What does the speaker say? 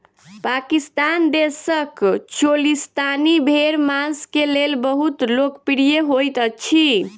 पाकिस्तान देशक चोलिस्तानी भेड़ मांस के लेल बहुत लोकप्रिय होइत अछि